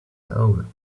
home